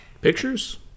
Pictures